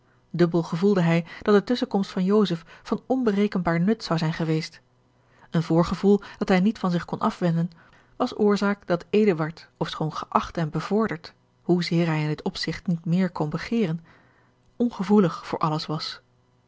gevoelde hij dat de tusschenkomst van joseph van onberekenbaar nut zou zijn geweest een voorgevoel dat hij niet van zich kon afwenden was oorzaak dat eduard ofschoon geacht en bevorderd hoezeer hij in dit opzigt niet meer kon begeeren ongevoelig voor alles was